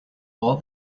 all